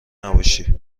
نباشی